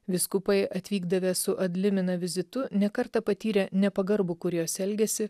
vyskupai atvykdavę su adlimina vizitu ne kartą patyrė nepagarbų kurijos elgesį